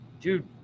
dude